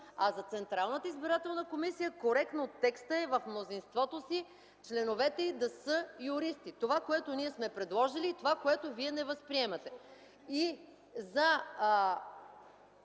а за Централната избирателна комисия коректно текстът е в мнозинството си членовете и те са юристи. Това, което ние сме предложили, и това, което Вие не възприемате.